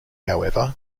however